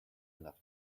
enough